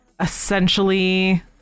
essentially